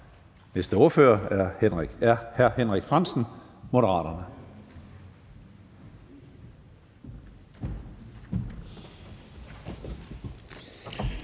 Næste ordfører er hr. Henrik Frandsen, Moderaterne.